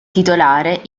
titolare